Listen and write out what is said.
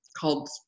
called